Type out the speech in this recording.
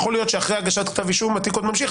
יכול להיות שאחרי הגשת כתב אישום התיק עוד ממשיך,